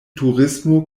turismo